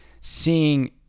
seeing